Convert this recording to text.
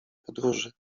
podróży